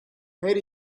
her